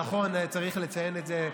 נכון, צריך לציין את זה.